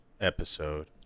episode